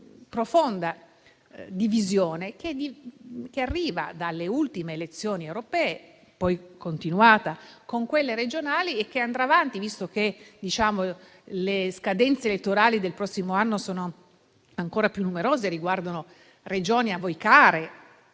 profonda divisione che arriva dalle ultime elezioni europee, che è continuata con le elezioni regionali e che andrà avanti, visto che le scadenze elettorali del prossimo anno sono ancora più numerose e riguardano Regioni a voi care.